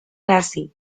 nazi